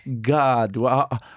God